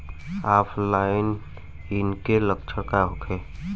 ऑफलाइनके लक्षण का होखे?